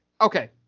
okay